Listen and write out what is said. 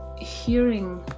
hearing